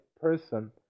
person